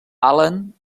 allen